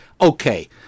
okay